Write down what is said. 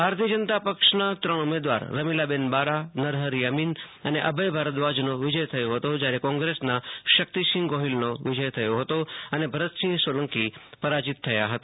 ભારતીય જનતા પક્ષના ત્રણ ઉમેદવાર રમીલાબેન બારાનરહરિ અમીન અને અભય ભારદ્વાજનો વિજય થયો હતોજ્યારે કોંગ્રસના શક્તિસિંહ ગોહિલનો વિજય થયો હતો અને ભરતસિંહ સોલંકી પરાજિત થયા હતા